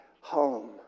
home